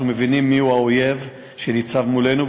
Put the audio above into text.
אנחנו מבינים מיהו האויב שניצב מולנו,